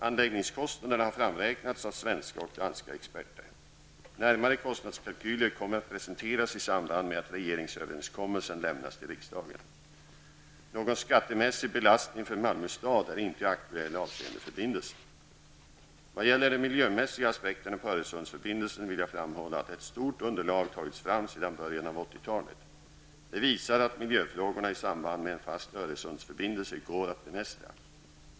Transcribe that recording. Anläggningskostnaden har framräknats av svenska och danska experter. Närmare kostnadskalkyler kommer att presenteras i samband med att en regeringsöverenskommelse lämnas till riksdagen. Någon skattemässig belastning för Malmö stad är inte aktuell avseende förbindelsen. Vad gäller de miljömässiga aspekterna på Öresundsförbindelsen vill jag framhålla att ett stort underlag tagits fram sedan början av 80-talet. Det visar att miljöfrågorna i samband med en fast Öresundsförbindelse går att bemästra.